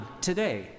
today